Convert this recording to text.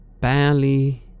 barely